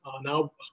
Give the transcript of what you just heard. now